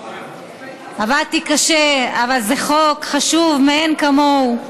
עבדתי קשה, אבל זה חוק חשוב מאין כמוהו,